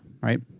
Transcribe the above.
right